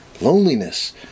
loneliness